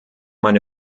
meine